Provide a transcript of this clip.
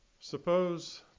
Suppose